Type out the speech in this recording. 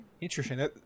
Interesting